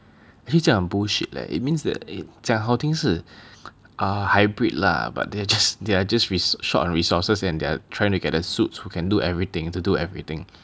actually 这样很 bullshit leh it means that 讲好听是 ah hybrid lah but they are just they are just resour~ short on resources and they are trying to get the suits who can do everything to do everything